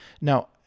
Now